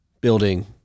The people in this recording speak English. Building